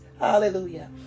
Hallelujah